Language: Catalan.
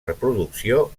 reproducció